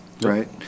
right